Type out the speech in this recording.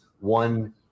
one